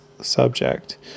Subject